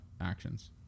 actions